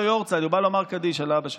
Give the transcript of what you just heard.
יארצייט והוא בא לומר קדיש על אבא שלו.